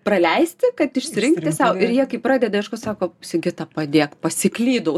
praleisti kad išsirinkti sau ir jie kai pradeda ieškot sako sigita padėk pasiklydau